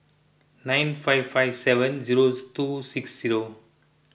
nine five five seven zero two six zero